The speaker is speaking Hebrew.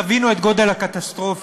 תבינו את גודל הקטסטרופה.